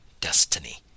destiny